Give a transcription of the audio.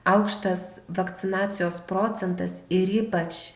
aukštas vakcinacijos procentas ir ypač